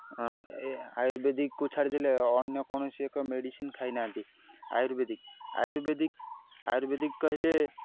ଏ ଆୟୁର୍ବେଦିକକୁ ଛାଡ଼ିଦେଲେ ଅନ୍ୟ କୌଣସି ଏକ ମେଡ଼ିସିନ୍ ଖାଇନାହାନ୍ତି ଆୟୁର୍ବେଦିକ ଆୟୁର୍ବେଦିକ ଆୟୁର୍ବେଦିକ କହିଲେ